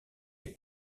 est